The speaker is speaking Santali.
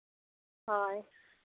ᱦᱳᱭ